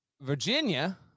Virginia